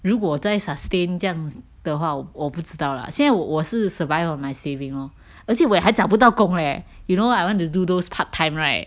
如果在 sustain 这样的话我我不知道啦现在我我是 survive on my saving lor 而且我还找不到工 leh you know I want to do those part time right